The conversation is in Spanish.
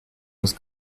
dos